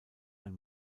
ein